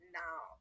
now